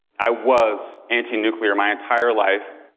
i was anti-nuclear my entire life.